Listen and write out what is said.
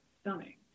stunning